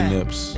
Nips